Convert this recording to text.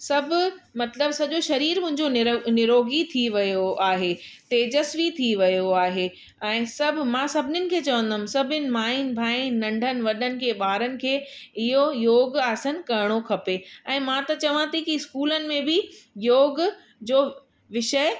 सभु मतिलबु सॼो शरीर मुंहिंजो नि निरोगी थी वियो आहे तेजस्वी थी वियो आहे ऐं सभु मां सभिनीनि खे चवंदमि सभिनि मायुनि भायुनि नंढनि वॾनि खे ॿारनि खे इहो योग आसन करिणो खपे ऐं मां त चवां थी की स्कूलनि में बि योग जो विषय